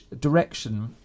direction